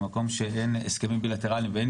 במקום שאין איתו הסכמים בילטרליים ואין